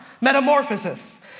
Metamorphosis